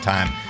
Time